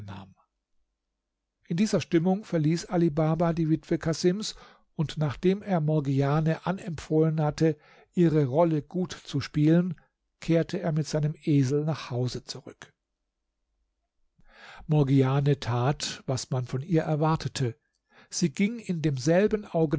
in dieser stimmung verließ ali baba die witwe casims und nachdem er morgiane anempfohlen hatte ihre rolle gut zu spielen kehrte er mit seinem esel nach hause zurück morgiane tat was man von ihr erwartete sie ging in demselben